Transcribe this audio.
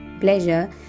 Pleasure